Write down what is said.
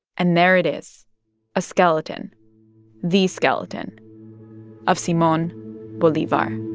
and there it is a skeleton the skeleton of simon bolivar